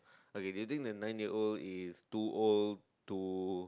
okay do you think that nine year old is too old to